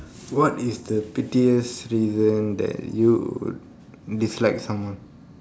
what is the pettiest reason that you dislike someone